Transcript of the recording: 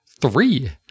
three